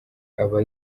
aba